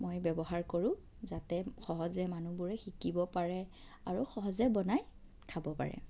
মই ব্যৱহাৰ কৰোঁ যাতে সহজে মানুহবোৰে শিকিব পাৰে আৰু সহজে বনাই খাব পাৰে